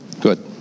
Good